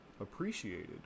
appreciated